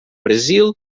brasil